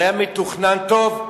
זה היה מתוכנן טוב.